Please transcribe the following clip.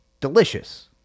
Delicious